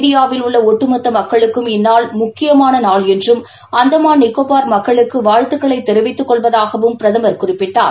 இந்தியாவில் உள்ள ஒட்டுமொத்த மக்களுக்கும் இந்நாள் முக்கியமான நாள் என்றும் அந்தமான் நிகோபார் மக்களுக்கு வாழ்த்துக்களைத் தெரிவித்துக் கொள்வதாகவும் பிரதமர் குறிப்பிட்டார்